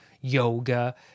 yoga